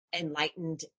enlightened